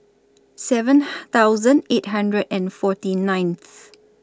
seven thousand eight hundred and forty ninth